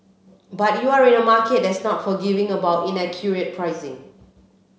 but you're in a market that's not forgiving about inaccurate pricing